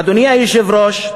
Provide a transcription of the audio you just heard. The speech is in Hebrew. אדוני היושב-ראש,